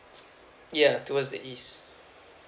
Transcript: yeuh towards the east